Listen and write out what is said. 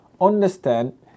understand